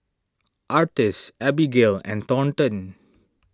Artis Abigale and Thornton